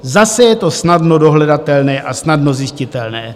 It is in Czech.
Zase je to snadno dohledatelné a snadno zjistitelné.